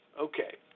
Okay